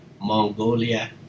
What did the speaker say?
Mongolia